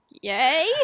Yay